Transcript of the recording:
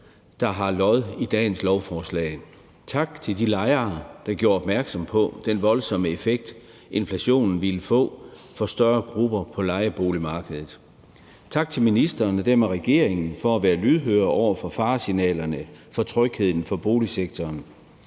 der har lod i dagens lovforslag. Tak til de lejere, der gjorde opmærksom på den voldsomme effekt, inflationen ville få for større grupper på lejeboligmarkedet. Tak til ministeren og dermed regeringen for at være lydhør over for faresignalerne i forhold til trygheden for boligsektoren.